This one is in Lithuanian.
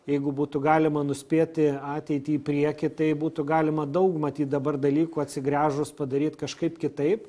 jeigu būtų galima nuspėti ateitį į priekį tai būtų galima daug matyt dabar dalykų atsigręžus padaryt kažkaip kitaip